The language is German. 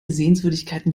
sehenswürdigkeiten